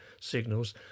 signals